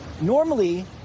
Normally